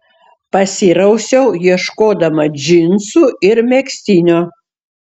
pasirausiau ieškodama džinsų ir megztinio